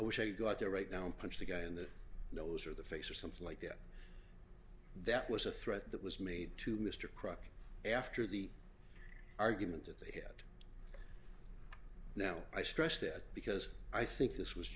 i wish i could go out there right now and punch the guy in the nose or the face or something like that that was a threat that was made to mr crock after the argument that they have now i stress that because i think this was